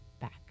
back